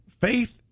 faith